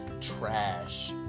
trash